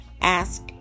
ask